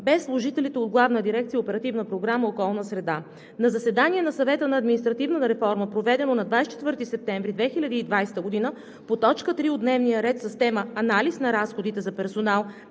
без служителите от Главна дирекция „Оперативна програма „Околна среда“. На заседание на Съвета за административна реформа, проведено на 24 септември 2020 г. по т. 3 от дневния ред с тема „Анализ на разходите за персонал